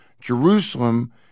Jerusalem